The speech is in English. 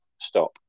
stop